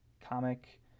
comic